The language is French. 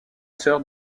sœur